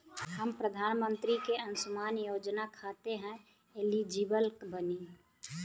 हम प्रधानमंत्री के अंशुमान योजना खाते हैं एलिजिबल बनी?